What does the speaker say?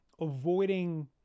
avoiding